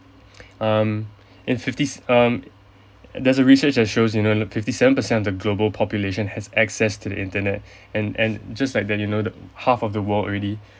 um in fifties um there's a research that shows you know fifty seven percent of the global population has access to the internet and and just like that you know the half of the world already